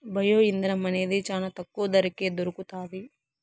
bio ఇంధనం అనేది చానా తక్కువ ధరకే దొరుకుతాది